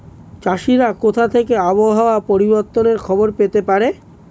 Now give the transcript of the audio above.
চাষিরা কোথা থেকে আবহাওয়া পরিবর্তনের খবর পেতে পারে?